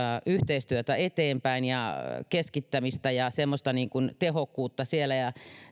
yhteistyötä eteenpäin ja keskittämistä ja tehokkuutta siellä ja